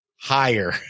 higher